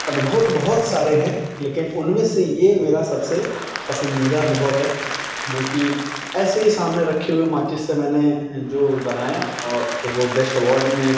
अनुभव तो बहुत सारे हैं लेकिन उनमें से ये मेरा सबसे पसंदीदा अनुभव है जोकि ऐसे ही सामने रखे हुए माचिस से मैंने जो बनाया और फिर वो बेस्ट अवार्ड में